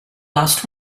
last